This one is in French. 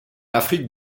afrique